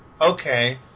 Okay